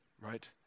right